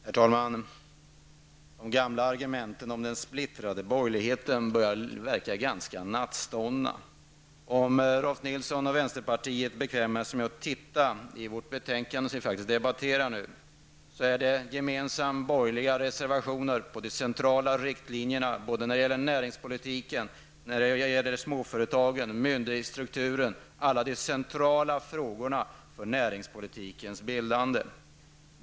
Herr talman! De gamla argumenten om den splittrade borgerligheten börjar verka ganska nattståndna. Om Rolf Nilson och vänsterpartiet bekvämar sig med att titta på det betänkande som vi faktiskt debatterar nu, så finner ni att det är gemensamma borgerliga reservationer om de centrala riktlinjerna när det gäller näringspolitiken, småföretagen, myndighetsstrukturen -- alla de centrala frågorna för näringspolitikens bildande.